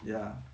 ya